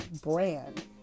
brand